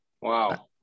Wow